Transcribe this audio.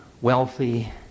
wealthy